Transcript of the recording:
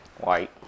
White